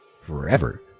forever